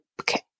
Okay